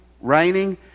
raining